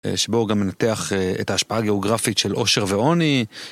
שבו הוא גם מנתח את ההשפעה הגיאוגרפית של עושר ועוני.